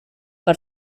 per